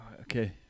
Okay